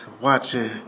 Watching